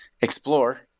explore